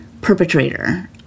perpetrator